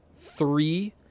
three